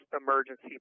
emergency